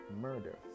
murder